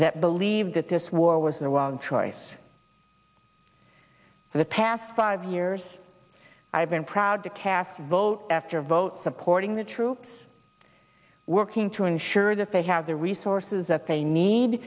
that believe that this war was the wrong choice for the past five years i've been proud to cast a vote after vote supporting the troops working to ensure that they have the resources that they need